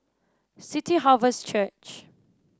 City Harvest Church